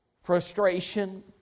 frustration